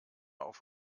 auf